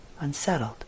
unsettled